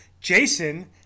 Jason